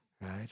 right